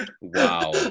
Wow